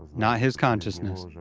not his consciousness.